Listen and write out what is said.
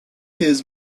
his